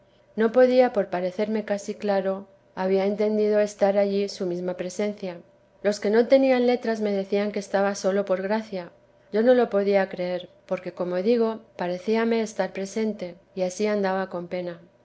no podía por parecerme casi claro había entendido estar allí su mesma presencia los que no tenían letras me decían que estaba sólo por gracia yo no lo podía creer porque como digo parecíame estar presente y ansí andaba con pena